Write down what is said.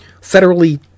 Federally